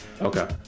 okay